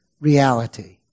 reality